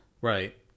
Right